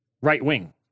right-wing